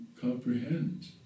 comprehend